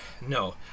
no